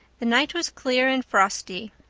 the night was clear and frosty,